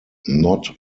knot